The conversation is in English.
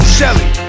Shelly